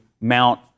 mount